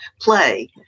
play